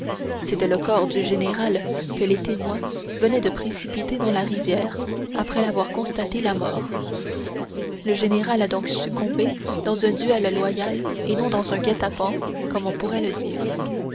c'était le corps du général que les témoins venaient de précipiter dans la rivière après avoir constaté la mort le général a donc succombé dans un duel loyal et non dans un guet-apens comme on pourrait le dire